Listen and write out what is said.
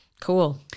Cool